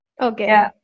Okay